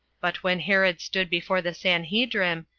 but when herod stood before the sanhedrim,